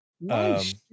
Nice